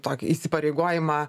tokį įsipareigojimą